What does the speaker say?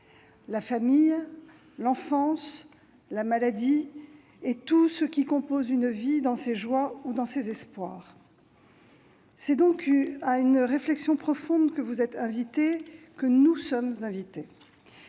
la famille, l'enfance, la maladie et tout ce qui compose une vie dans ses choix ou dans ses espoirs. C'est donc à une réflexion profonde que vous êtes invités, que nous sommes invités.